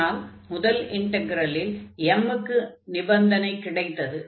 ஆனால் முதல் இன்டக்ரலில் m க்கு நிபந்தனை கிடைத்தது